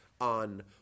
on